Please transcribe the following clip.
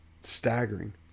Staggering